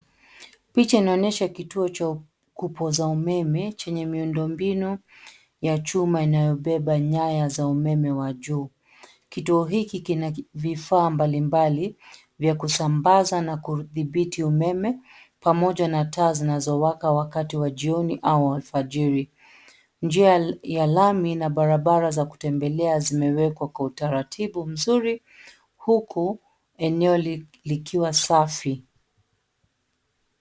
Picha inaonyesha kituo cha kupoza umeme chenye miundombinu ya chuma inayobeba nyaya za umeme wa juu, kituo hiki kina vifaa mbalimbali vya kusambaza na kuthibiti umeme pamoja na taa zinazowaka wakati wa jioni au alfajiri. Njia ya lami na barabara za kutembelea zimewekwa kwa utaratibu mzuri huku eneo likiwa safi.